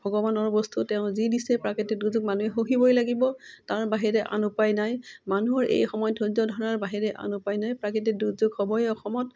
ভগৱানৰ বস্তু তেওঁ যি দিছে প্ৰাকৃতিক দুৰ্যোগ মানুহে সহিবই লাগিব তাৰ বাহিৰে আন উপায় নাই মানুহৰ এই সময়ত ধৰ্য ধৰাৰ বাহিৰে আন উপায় নাই প্ৰাকৃতিক দুৰ্যোগ হ'বয়ে অসমত